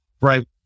right